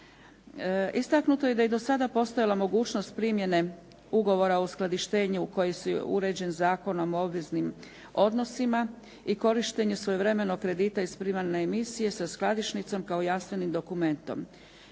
Istaknuto je da je i do sada postojala mogućnost primjene ugovora o uskladištenju koji je uređen Zakonom o obveznim odnosima i korištenje svojevremeno kredita iz primarne emisije sa skladišnicom kao jamstvenim dokumentom.